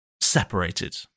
separated